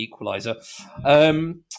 equaliser